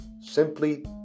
simply